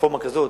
רפורמה כזאת,